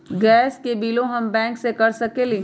Gas के बिलों हम बैंक से कैसे कर सकली?